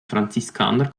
franziskaner